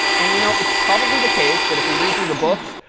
and you know it's probably the case that if we read through the books,